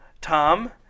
Tom